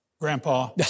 Grandpa